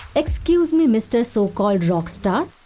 excuse me, mr. so called rockstar!